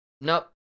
nope